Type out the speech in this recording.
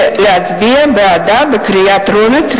ולהצביע בעדה בקריאה טרומית,